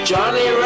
Johnny